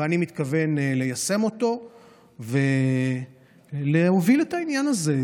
ואני מתכוון ליישם אותו ולהוביל את העניין הזה.